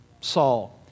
Saul